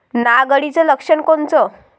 नाग अळीचं लक्षण कोनचं?